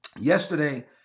Yesterday